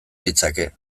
ditzake